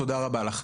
תודה רבה לך.